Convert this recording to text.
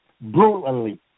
Brutally